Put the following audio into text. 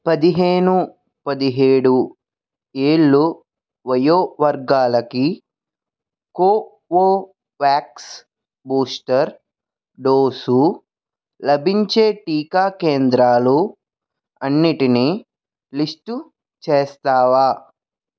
పదిహేను పదిహేడు ఏళ్ళు వయో వర్గాలకి కోవోవాక్స్ బూస్టర్ డోసు లభించే టీకా కేంద్రాలు అన్నిటినీ లిస్టు చేస్తావా